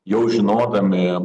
jau žinodami